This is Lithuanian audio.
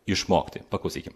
išmokti paklausykim